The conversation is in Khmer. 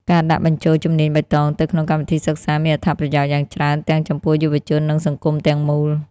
ការដាក់បញ្ចូលជំនាញបៃតងទៅក្នុងកម្មវិធីសិក្សាមានអត្ថប្រយោជន៍យ៉ាងច្រើនទាំងចំពោះយុវជននិងសង្គមទាំងមូល។